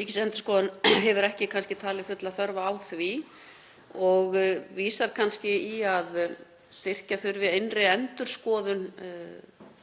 Ríkisendurskoðun hefur ekki talið fulla þörf á því og vísar kannski í að styrkja þurfi innri endurskoðun